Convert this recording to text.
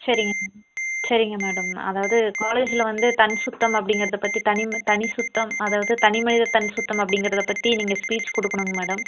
சரிங்க சரிங்க மேடம் அதாவது காலேஜில் வந்து தன் சுத்தம் அப்படிங்கறத பற்றி தனி தனி சுத்தம் அதாவது தனிமனித தனி சுத்தம் அப்படிங்கறத பற்றி நீங்கள் ஸ்பீச் கொடுக்கணுங்க மேடம்